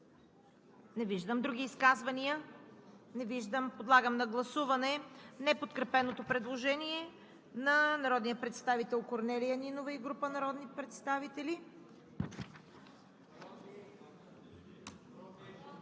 Не виждам. Други изказвания? Не виждам. Подлагам на гласуване неподкрепеното предложение на народния представител Корнелия Нинова и група народни представители.